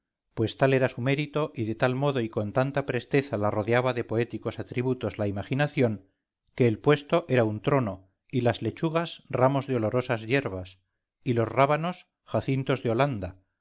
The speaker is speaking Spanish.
pues tal era su mérito y de tal modo y con tanta presteza la rodeaba de poéticos atributos la imaginación que el puesto era un trono y las lechugas ramos de olorosas yerbas y los rábanos jacintos de holanda